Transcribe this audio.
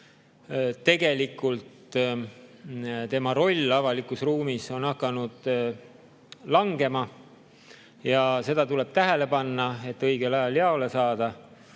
Tegelikult tema roll avalikus ruumis on hakanud [vähenema] ja seda tuleb tähele panna, et õigel ajal jaole saada.